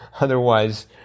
otherwise